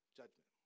judgment